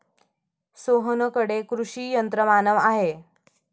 सोहनकडे कृषी यंत्रमानव आहे